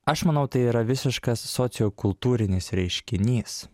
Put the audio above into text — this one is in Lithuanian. aš manau tai yra visiškas sociokultūrinis reiškinys